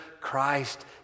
Christ